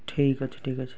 ଠିକ୍ ଅଛି ଠିକ୍ ଅଛି